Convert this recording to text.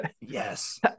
Yes